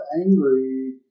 angry